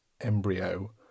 embryo